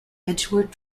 edgeworth